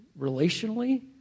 relationally